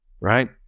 right